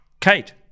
Kate